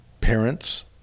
parents